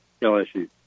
LSU